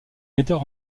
metteur